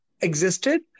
existed